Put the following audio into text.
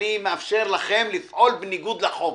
אני מאפשר לכם לפעול בניגוד לחוק.